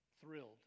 thrilled